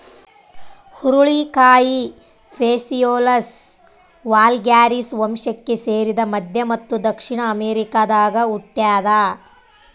ಹುರುಳಿಕಾಯಿ Phaseolus vulgaris ವಂಶಕ್ಕೆ ಸೇರಿದ ಮಧ್ಯ ಮತ್ತು ದಕ್ಷಿಣ ಅಮೆರಿಕಾದಾಗ ಹುಟ್ಯಾದ